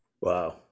Wow